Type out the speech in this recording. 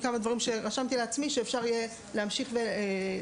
ראינו רק בשבוע שעבר את הדוח של ה-OECD ביחס למצב הרופאים,